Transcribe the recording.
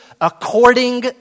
according